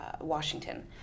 Washington